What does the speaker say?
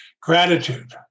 Gratitude